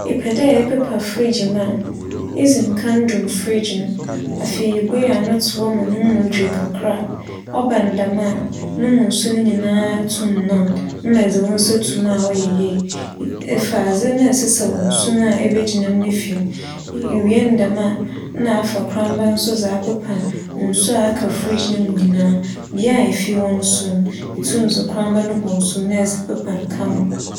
Epɛ dɛ epepa feegye mu a, idzi nkan dum freegye no. Afei, ibuei ano to hͻ ma no mu dwe kakra. ͻba no dɛm a no mu nsu no nyinaa tum nan ma edze wo nsa to mu a ͻyɛ yie. E- efra adze na esesaw nsu no a ebegyina mu no fi mu. I- iwie no dɛm a nna afa koramba so dze apepa nsu a aka freegye no mu nyinaa. bea ifi wͻ no nso no, itum dze korambano no bͻ nsu mu na pepa no kama.